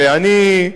ואני,